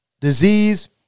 Disease